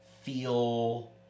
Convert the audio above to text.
feel